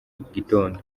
gitondo